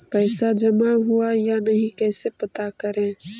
पैसा जमा हुआ या नही कैसे पता करे?